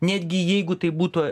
netgi jeigu tai būtų